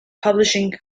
publishing